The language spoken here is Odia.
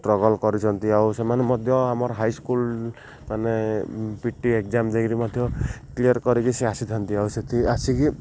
ଷ୍ଟ୍ରଗଲ୍ କରିଛନ୍ତି ଆଉ ସେମାନେ ମଧ୍ୟ ଆମର ହାଇ ସ୍କୁଲ ମାନେ ପି ଟି ଏଗ୍ଜାମ୍ ଦେଇ କରି ମଧ୍ୟ କ୍ଲିଅର୍ କରିକି ସେ ଆସିଥାନ୍ତି ଆଉ ସେଠି ଆସିକି